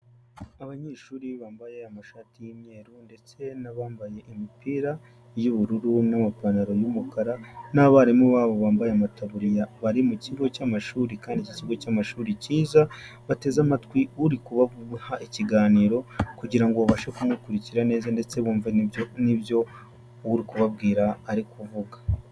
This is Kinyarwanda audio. Abanyeshuri bambaye amashati y’umweru, ndetse n’abambaye imipira y’ubururu n’amapantaro y’umukara, n’abarimu babo bambaye amataburiya, bari mu kigo cy’amashuri. Kandi iki kigo cy’amashuri ni cyiza. Bateze amatwi uri kubaha ikiganiro, kugira ngo babashe kumukurikira neza, ndetse bumve n’ibyo uri kubabwira ari kuvuga.